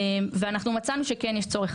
ואנחנו מצאנו שכן יש צורך.